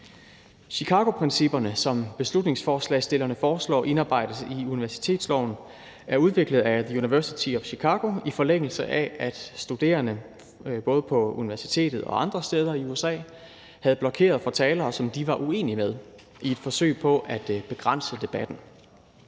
Chicagoprincipperne, som beslutningsforslagsstillerne foreslår indarbejdes i universitetsloven, er udviklet af University of Chicago i forlængelse af, at studerende både på universitetet og andre steder i USA havde blokeret for talere, som de var uenige med, i et forsøg på at begrænse debatten.